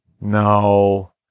No